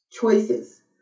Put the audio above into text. choices